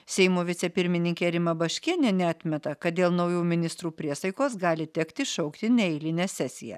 seimo vicepirmininkė rima baškienė neatmeta kad dėl naujų ministrų priesaikos gali tekti šaukti neeilinę sesiją